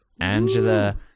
Angela